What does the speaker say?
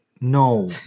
no